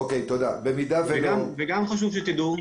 --- גם חשוב שתדעו,